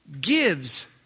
gives